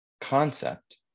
concept